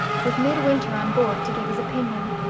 with midwinter on board to give his opinion.